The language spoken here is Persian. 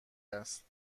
است